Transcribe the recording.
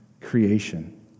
creation